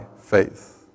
faith